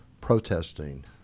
protesting